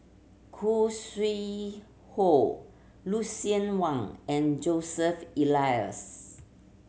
Khoo Sui Hoe Lucien Wang and Joseph Elias